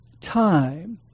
time